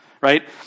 Right